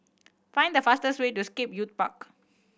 find the fastest way to Scape Youth Park